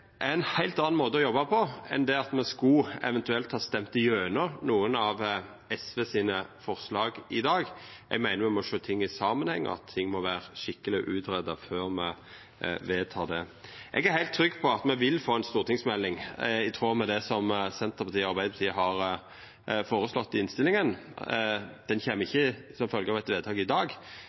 er ein heilt annan måte å jobba på enn det at me eventuelt skulle ha stemt igjennom nokon av SV sine forslag i dag. Eg meiner me må sjå ting i samanheng, og at ting må vera skikkeleg utgreidde før me vedtek dei. Eg er heilt trygg på at me vil få ei stortingsmelding, i tråd med det Senterpartiet og Arbeidarpartiet har føreslått i innstillinga. Ho kjem ikkje som følgje av eit vedtak i dag,